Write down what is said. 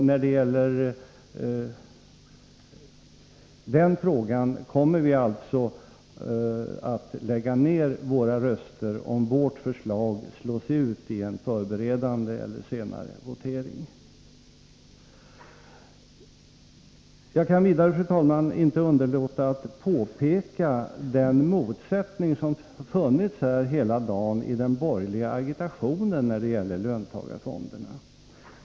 När det gäller denna fråga kommer vi alltså att lägga ned våra röster, om vårt förslag slås ut i en förberedande eller senare votering. Jag kan vidare, fru talman, inte underlåta att påpeka den motsättning som har funnits hela dagen i den borgerliga argumentationen mot löntagarfonderna.